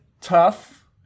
tough